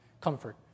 Comfort